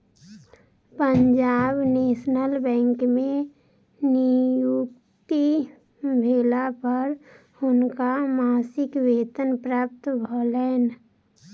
Punjab national bank में नियुक्ति भेला पर हुनका मासिक वेतन प्राप्त भेलैन